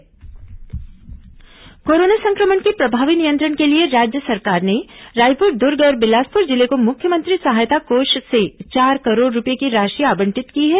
corona नियंत्रण राशि आवंटन कोरोना संक्रमण के प्रभावी नियंत्रण के लिए राज्य सरकार ने रायपुर दुर्ग और बिलासपुर जिले को मुख्यमंत्री सहायता कोष से चार करोड़ रूपये की राशि आवंटित की है